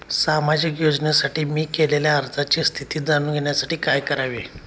सामाजिक योजनेसाठी मी केलेल्या अर्जाची स्थिती जाणून घेण्यासाठी काय करावे?